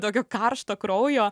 tokio karšto kraujo